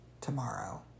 tomorrow